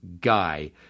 guy